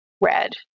red